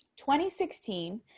2016